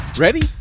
Ready